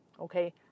Okay